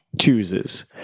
chooses